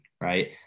right